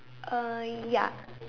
uh ya